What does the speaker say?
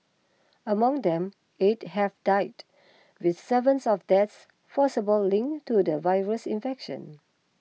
among them eight have died with seventh of the deaths possibly linked to the virus infection